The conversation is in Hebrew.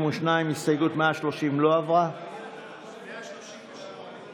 אנחנו עוברים להסתייגות מס' 130. הצבעה.